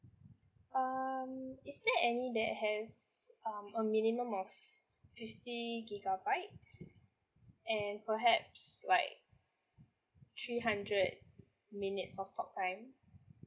um is there any that has um a minimum of fifty gigabytes and perhaps like three hundred minutes of talk time